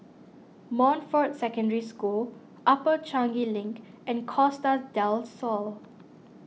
Montfort Secondary School Upper Changi Link and Costa del Sol